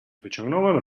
wyciągnąłem